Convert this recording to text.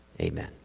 Amen